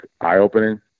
eye-opening